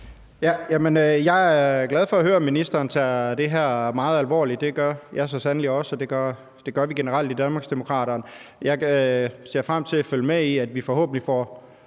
Jeg er glad for at høre, at ministeren tager det her meget alvorligt. Det gør jeg så sandelig også, og det gør vi generelt i Danmarksdemokraterne. Jeg ser frem til at følge med i, at vi forhåbentlig får